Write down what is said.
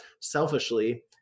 selfishly